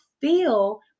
feel